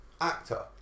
actor